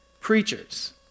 preachers